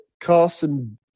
carson